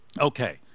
Okay